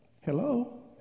Hello